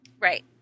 Right